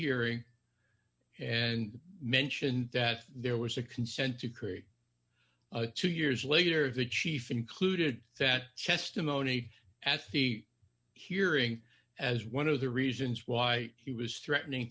hearing and mentioned that there was a consent decree two years later the chief included that testimony at the hearing as one of the reasons why he was threatening